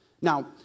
Now